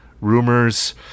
Rumors